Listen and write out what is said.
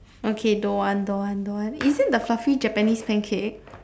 okay don't want don't want don't want is it the fluffy japanese pancake